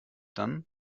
dann